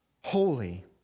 holy